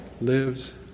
lives